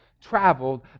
traveled